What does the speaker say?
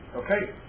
okay